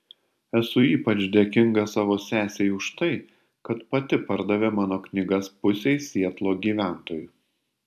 esu ypač dėkinga savo sesei už tai kad pati pardavė mano knygas pusei sietlo gyventojų